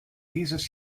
dieses